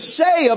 say